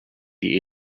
die